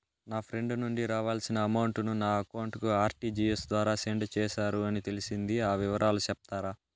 నా ఫ్రెండ్ నుండి రావాల్సిన అమౌంట్ ను నా అకౌంట్ కు ఆర్టిజియస్ ద్వారా సెండ్ చేశారు అని తెలిసింది, ఆ వివరాలు సెప్తారా?